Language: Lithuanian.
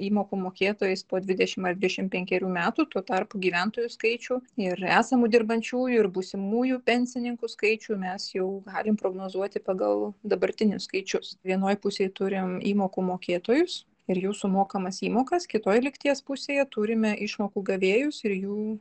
įmokų mokėtojus po dvidešim ar dvidešim penkerių metų tuo tarpu gyventojų skaičių ir esamų dirbančiųjų ir būsimųjų pensininkų skaičių mes jau galime prognozuoti pagal dabartinius skaičius vienoje pusėje turime įmokų mokėtojus ir jų sumokamas įmokas kitoje lygties pusėje turime išmokų gavėjus ir jų